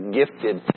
gifted